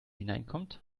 hineinkommt